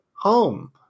home